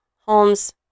Holmes